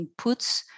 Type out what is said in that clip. inputs